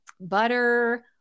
butter